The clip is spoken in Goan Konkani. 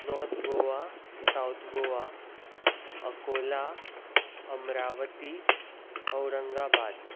north Goa south Goa Ankola Amravati Aurangabad